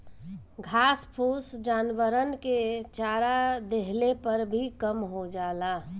घास फूस जानवरन के चरा देहले पर भी कम हो जाला